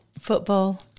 Football